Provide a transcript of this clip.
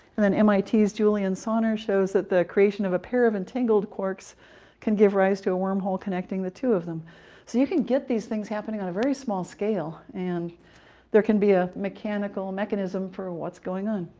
and then um ah mit's julian sonner shows that the creation of a pair of entangled quarks can give rise to a wormhole connecting the two of them. so you can get these things happening on a very small scale, and there can be a mechanical mechanism for what's going on,